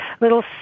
little